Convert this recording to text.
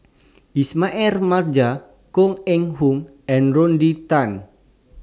Ismail Marjan Koh Eng Hoon and Rodney Tan